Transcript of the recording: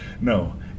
No